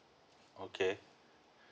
okay